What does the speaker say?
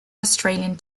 australian